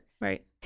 Right